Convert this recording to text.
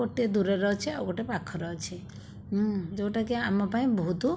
ଗୋଟିଏ ଦୂରରେ ଅଛି ଆଉ ଗୋଟେ ପାଖରେ ଅଛି ଯେଉଁଟାକି ଆମ ପାଇଁ ବହୁତ